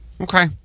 Okay